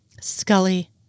Scully